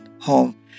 home